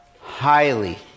highly